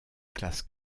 classe